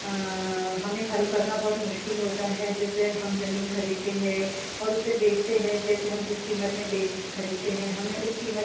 हमें हल करना बहुत मुश्किल होता है जैसे हम ज़मीन खरीदते हैं और उसे बेचते हैं जैसे हम जिस क़ीमत में बेच खरीदते हैं हमें उस क़ीमत